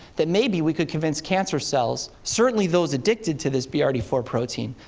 then maybe we could convince cancer cells, certainly those addicted to this b r d four protein,